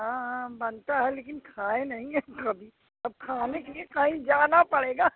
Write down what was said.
हाँ हाँ बनता है लेकिन खाए नहीं हैं कभी अब खाने के लिए कहीं जाना पड़ेगा